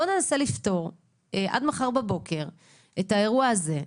אני אומרת: בוא וננסה לפתור עד מחר בבוקר את האירוע הזה.